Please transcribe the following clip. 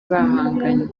bahanganye